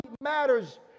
matters